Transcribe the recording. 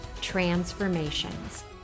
transformations